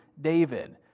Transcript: David